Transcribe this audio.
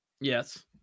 Yes